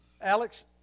Alex